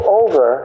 over